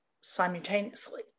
simultaneously